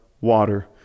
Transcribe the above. water